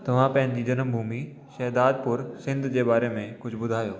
तव्हां पंहिंजी जनम भूमि शहदादपुर सिंध जे बारे में कुझु ॿुधायो